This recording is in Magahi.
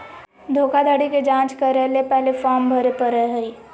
धोखाधड़ी के जांच करय ले पहले फॉर्म भरे परय हइ